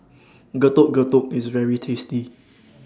Getuk Getuk IS very tasty